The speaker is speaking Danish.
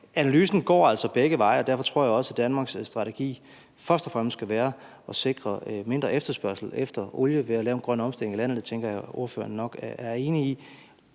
analysen går altså begge veje, og derfor tror jeg også, at Danmarks strategi først og fremmest skal være at sikre mindre efterspørgsel efter olie ved at lave en grøn omstilling af landet. Det tænker jeg at ordføreren nok er enig i.